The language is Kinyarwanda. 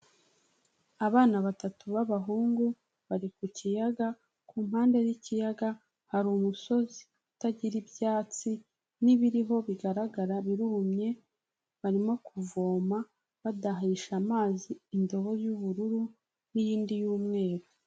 Abana batatu b'abahungu, bari ku kiyaga, ku mpande z'ikiyaga, hari umusozi utagira ibyatsi n'ibiriho bigaragara birumye, barimo kuvoma, badahisha amazi indobo y'ubururu n'iyindi y'umweru.